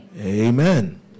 amen